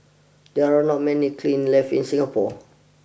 there are not many kilns left in Singapore